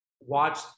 watch